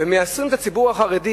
ומייסרים את הציבור החרדי